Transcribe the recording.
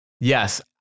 Yes